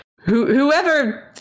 whoever